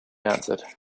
answered